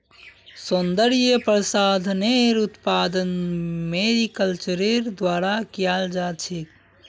सौन्दर्य प्रसाधनेर उत्पादन मैरीकल्चरेर द्वारा कियाल जा छेक